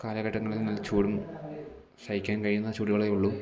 കാലഘട്ടങ്ങളിൽ നല്ല ചൂടും സഹിക്കാൻ കഴിയുന്ന ചൂടുകളെ ഉള്ളൂ